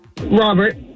Robert